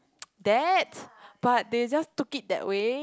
that but they just took it that way